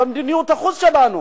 במדיניות החוץ שלנו.